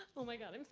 oh my god, i mean